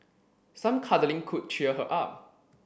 some cuddling could cheer her up